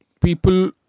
people